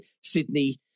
Sydney